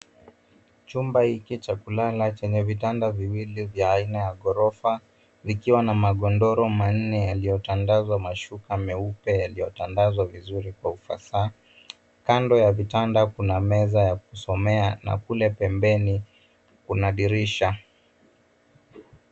Chumba hiki cha kulala chenye vitanda viwili vya aina ya ghorofa vikiwa na magodoro manne yaliyotandazwa mashuka meupe yaliyotandazwa vizuri kwa ufasaha. Kando ya vitanda kuna meza ya kusomea na kule pembeni kuna dirisha.